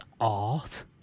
art